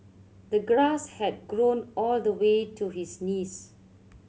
the grass had grown all the way to his knees